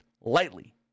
lightly